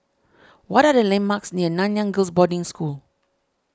what are the landmarks near Nanyang Girls' Boarding School